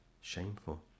Shameful